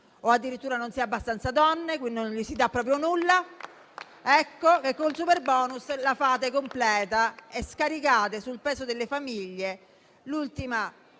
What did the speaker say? o addirittura non si è abbastanza donne e, quindi, non si dà proprio nulla. Ecco che col superbonus la fate completa e scaricate sul peso delle famiglie l'ultimo